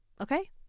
okay